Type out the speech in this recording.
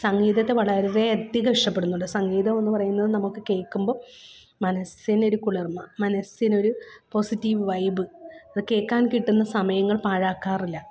സംഗീതത്തെ വളരെയധികം ഇഷ്ടപ്പെടുന്നുണ്ട് സംഗീതമെന്ന് പറയുന്നത് നമുക്ക് കേള്ക്കുമ്പോള് മനസ്സിനൊരു കുളിർമ്മ മനസ്സിനൊരു പോസിറ്റീവ് വൈബ് അത് കേള്ക്കാൻ കിട്ടുന്ന സമയങ്ങൾ പാഴാക്കാറില്ല